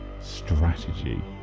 strategy